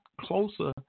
closer